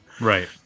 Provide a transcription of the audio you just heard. Right